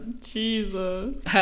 Jesus